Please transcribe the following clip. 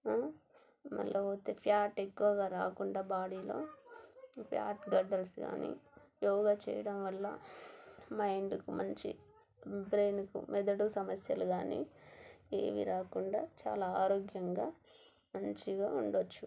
మళ్ళబోతే fat ఎక్కువగా రాకుండా బాడీలో ఫ్యాట్ గడ్డలు కాని యోగా చేయడం వల్ల మైండ్కు మంచి బ్రెయిన్కు మెదడు సమస్యలు కానీ ఏవీ రాకుండా చాలా ఆరోగ్యంగా మంచిగా ఉండవచ్చు